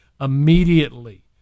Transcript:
immediately